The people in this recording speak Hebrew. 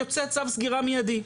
אז יוצא צו סגירה מידי.